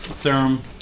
Serum